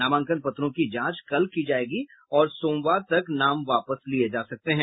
नामांकन पत्रों की जांच कल की जाएगी और सोमवार को नाम वापस लिये जा सकते हैं